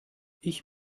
ich